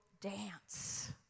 dance